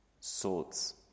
sorts